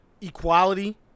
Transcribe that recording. Equality